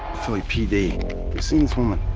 philly pd. you seen this woman?